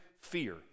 fear